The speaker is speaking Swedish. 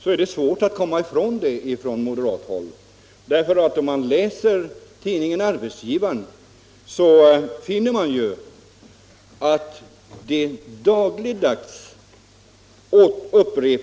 I tidningen Arbetsgivaren upprepas ständigt de borgerligas krav och speciellt då moderaternas krav.